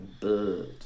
bird